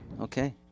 Okay